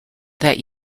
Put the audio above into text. that